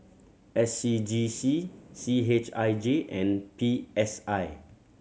S C G C C H I J and P S I